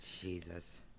Jesus